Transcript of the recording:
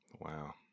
Wow